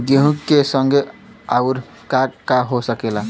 गेहूँ के संगे आऊर का का हो सकेला?